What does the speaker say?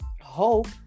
hope